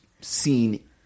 seen